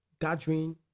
gathering